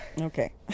Okay